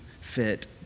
fit